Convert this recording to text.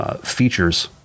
features